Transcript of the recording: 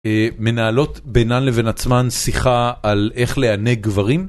מנהלות בינן לבין עצמן שיחה על איך לענג גברים.